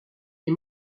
les